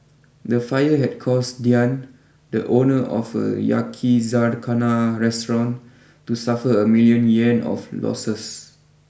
the fire had caused Diann the owner of a Yakizakana restaurant to suffer a million Yuan of losses